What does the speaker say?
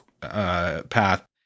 path